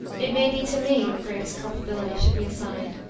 it may be to me the greatest culpability should be assigned,